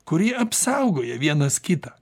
kurie apsaugoja vienas kitą